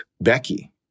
Becky